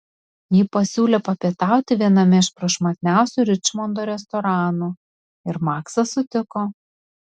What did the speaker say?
ji pasiūlė papietauti viename iš prašmatniausių ričmondo restoranų ir maksas sutiko